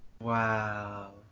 Wow